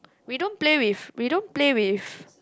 we don't play with we don't play with